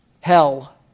hell